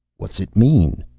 what's it mean?